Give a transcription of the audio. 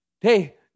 hey